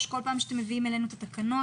כל פעם כשאתם מביאים אלינו את התקנות.